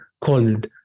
called